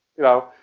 you know,